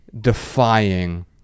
defying